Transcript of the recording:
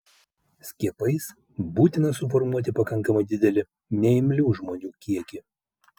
skiepais būtina suformuoti pakankamai didelį neimlių žmonių kiekį